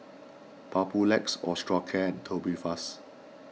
Papulex Osteocare and Tubifast